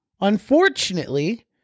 unfortunately